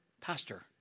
pastor